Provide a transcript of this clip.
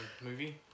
movie